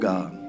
God